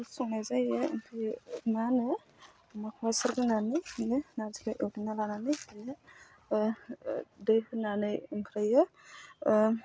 संनाय जायो मा होनो मसर होनानै बिदिनो नारजिखौ उग्लिना लानानै बिदिनो दै होनानै ओमफ्रायो